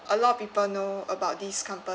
a lot of people know about these companies